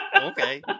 Okay